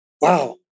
Wow